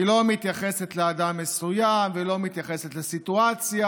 היא לא מתייחסת לאדם מסוים ולא מתייחסת לסיטואציה,